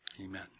Amen